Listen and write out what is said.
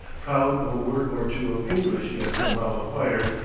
proud of a word or two of english he had somehow acquired,